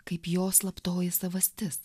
kaip jo slaptoji savastis